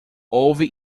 houve